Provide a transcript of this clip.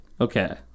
Okay